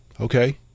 Okay